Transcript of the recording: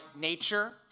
nature